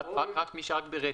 רק מי שהיה רק ברצף.